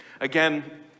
Again